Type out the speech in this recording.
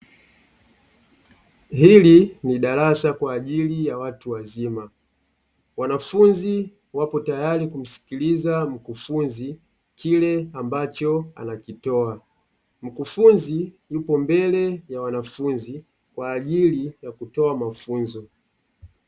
Hili ni darasa kwa ajili ya watu wazima, wanafunzi wapo tayari kumsikiliza mkufunzi kile ambacho anakitoa. Mkufunzi yupo mbele ya wanafunzi kwa ajili ya kutoa mafunzo.